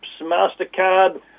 Mastercard